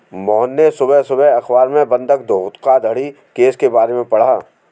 मोहन ने सुबह सुबह अखबार में बंधक धोखाधड़ी केस के बारे में पढ़ा